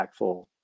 impactful